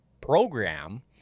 program